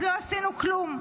אז לא עשינו כלום.